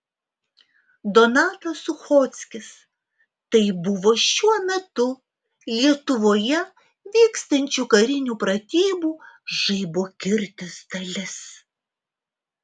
donatas suchockis tai buvo šiuo metu lietuvoje vykstančių karinių pratybų žaibo kirtis dalis